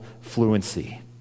fluency